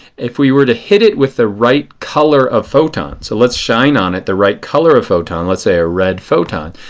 if we were to hit it with the right color of photons, so let's shine on it the right color photon, let's say a red photon,